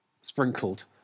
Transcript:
sprinkled